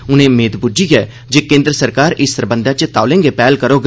उनें मेद बुज्झी ऐ ज केन्द्र सरकार इस सरबंधै च तौले गै पैहल करोग